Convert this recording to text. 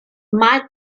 might